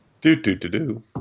Do-do-do-do